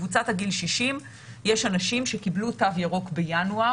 בקבוצת הגיל 60 יש אנשים שקיבלו תו ירוק בינואר.